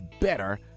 better